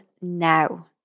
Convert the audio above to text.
now